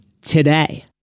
today